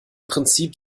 prinzip